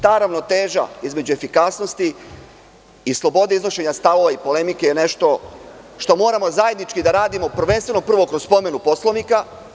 Ta ravnoteža između efikasnosti i slobode iznošenja stavova i polemike je nešto što moramo zajednički da radimo prvenstveno prvo kroz promenu Poslovnika.